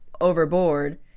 overboard